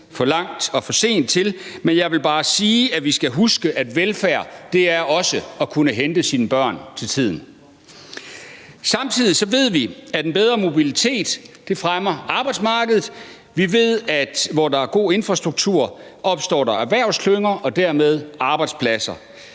for lang og for sen til – men jeg vil bare sige, at vi skal huske, at velfærd også er at kunne hente sine børn til tiden. Samtidig ved vi, at en bedre mobilitet fremmer arbejdsmarkedet. Vi ved, at der der, hvor der er en god infrastruktur, opstår erhvervsklynger og dermed arbejdspladser.